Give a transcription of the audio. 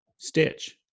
Stitch